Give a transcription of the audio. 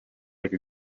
like